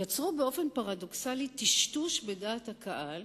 יצרו באופן פרדוקסלי טשטוש בדעת הקהל